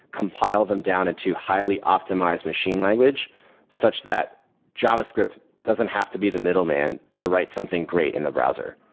compile them down into highly-optimized machine language such that javascript doesn't have to be the middleman to write something great in the browser.